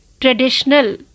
Traditional